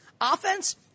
offense